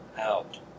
out